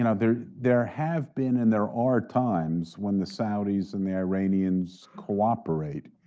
and there there have been and there are times when the saudis and the iranians cooperate.